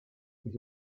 ich